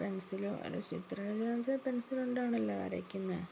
pencil ചിത്ര രചനാ എന്ന് വെച്ചാൽ പെൻസില് കൊണ്ടാണല്ലോ വരയ്ക്കുന്നത്